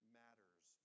matters